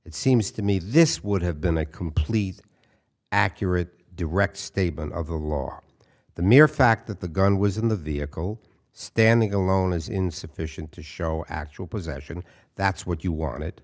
it seems to me this would have been a complete accurate direct statement of the law the mere fact that the gun was in the vehicle standing alone is insufficient to show actual possession that's what you want